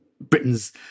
Britain's